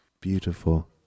Beautiful